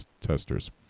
testers